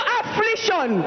affliction